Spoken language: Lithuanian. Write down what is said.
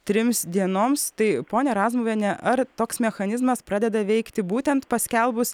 trims dienoms tai ponia razmuviene ar toks mechanizmas pradeda veikti būtent paskelbus